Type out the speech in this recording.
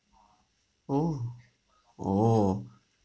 oh oh